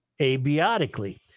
abiotically